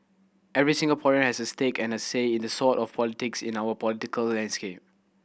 every Singaporean has a stake and a say in the sort of politics in our political landscape